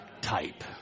type